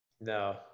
no